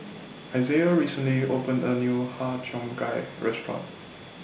Isiah recently opened A New Har Cheong Gai Restaurant